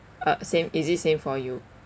uh same is it same for you